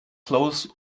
clothes